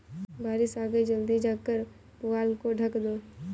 बारिश आ गई जल्दी जाकर पुआल को ढक दो